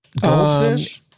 Goldfish